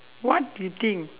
what you think